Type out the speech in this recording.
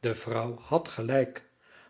de vrouw had gelijk